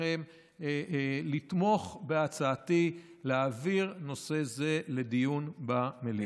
מכם לתמוך בהצעתי להעביר נושא זה לדיון במליאה.